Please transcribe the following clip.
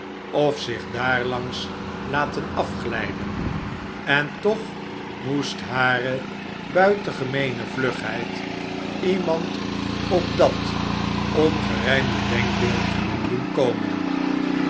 of zich daarlang laten afglijden en toch moest hare buitengemeene vlugheid iemand op dat ongerijmde denkbeeld doen komen